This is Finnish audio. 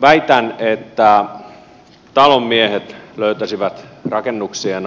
väitän että talonmiehet löytäisivät rakennuksien